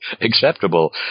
acceptable